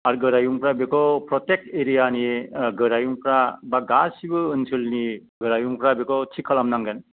आर गोरायुंफ्रा बेखौ प्रथेक एरियानि गोरायुंफ्रा बा गासिबो ओनसोलनि गोरायुंफ्रा बेखौ थिख खालामनांगोन